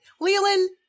leland